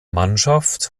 mannschaft